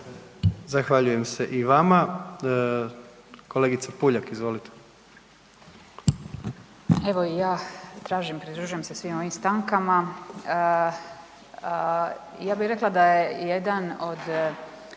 Zahvaljujem se i vama. Kolegice Puljak, izvolite.